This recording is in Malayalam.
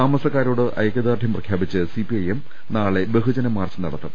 താമസക്കാരോട് ഐക്യദാർഢ്യം പ്രഖ്യാപിച്ച് സിപിഐഎം നാളെ ബഹുജന മാർച്ച് നടത്തും